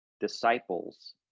disciples